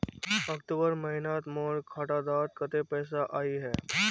अक्टूबर महीनात मोर खाता डात कत्ते पैसा अहिये?